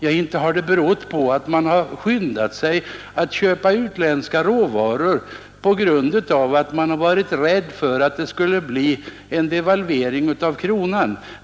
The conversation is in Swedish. Ja, inte har det berott på att man skyndat sig att köpa utländska råvaror därför att man varit rädd för en devalvering av kronan.